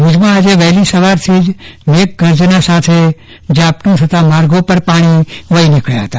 ભુજમાં આજે વહેલી સવારથી જ મેઘગર્જના સાથે ઝાપટું થતા માર્ગો પર પાણી વહી નીકબ્યા હતા